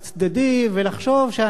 ולחשוב שאנחנו אומנם יהודים,